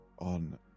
on